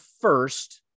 first